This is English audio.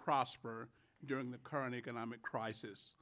prosper during the current economic crisis